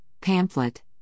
pamphlet